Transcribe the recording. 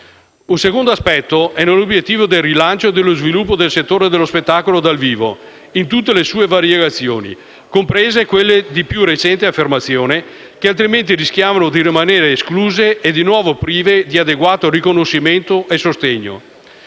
Un secondo aspetto è nell'obiettivo del rilancio e dello sviluppo del settore dello spettacolo dal vivo, in tutte le sue varietà, comprese quelle di più recente affermazione, che altrimenti rischiavano di rimanere escluse e di nuovo prive di adeguato riconoscimento e sostegno.